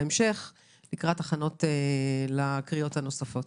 בהכנות לקריאות הנוספות.